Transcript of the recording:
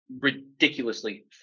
ridiculously